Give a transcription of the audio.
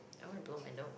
I wanna blow my nose